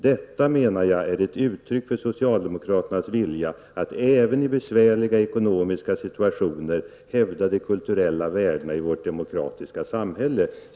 Detta, menar jag, är ett uttryck för socialdemokratins vilja att även i besvärliga ekonomiska situationer hävda de kulturella värdena i vårt demokratiska samhälle''.